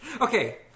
Okay